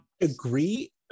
agree